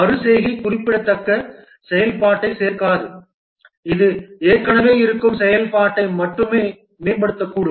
மறு செய்கை குறிப்பிடத்தக்க செயல்பாட்டைச் சேர்க்காது இது ஏற்கனவே இருக்கும் செயல்பாட்டை மட்டுமே மேம்படுத்தக்கூடும்